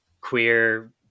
queer